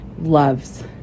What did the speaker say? loves